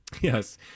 yes